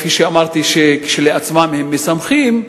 שכפי שאמרתי כשלעצמם הם משמחים,